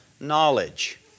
knowledge